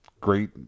great